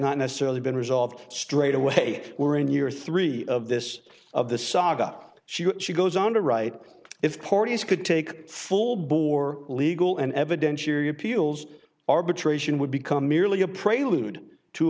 not necessarily been resolved straight away we're in year three of this of this saga she she goes on to write if parties could take full bore legal and evidentiary appeals arbitration would become merely a prelude to